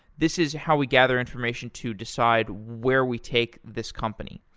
this is how we gather information to decide where we take this company.